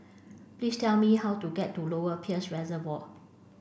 please tell me how to get to Lower Peirce Reservoir